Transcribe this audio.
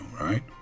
right